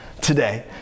today